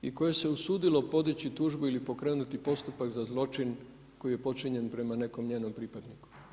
I koje se usudilo podići tužbu ili pokrenuti postupak za zločin koji je počinjen prema nekom njenom pripadniku.